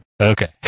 Okay